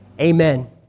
amen